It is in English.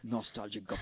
Nostalgic